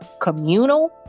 communal